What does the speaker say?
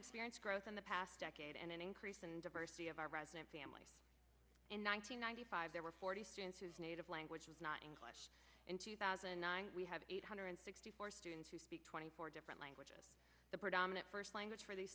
experienced growth in the past decade and an increase in diversity of our resident family in one nine hundred ninety five there were forty students whose native language is not english in two thousand and nine we have eight hundred sixty four students who speak twenty four different languages the predominant first language for these